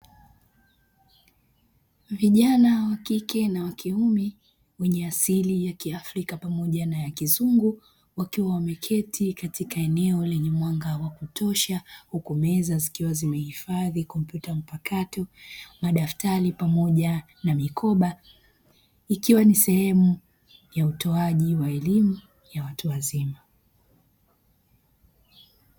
Vijana wakike na wakiume wenye asili ya kiafrika pamoja na ya kizungu wakiwa wameketi katika eneo lenye mwanga wa kutosha huku meza zikiwa zimehifadhi kompyuta mpakato, madaftari pamoja na mikoba ikiwa ni sehemu ya utoaji wa elimu ya watu wazima.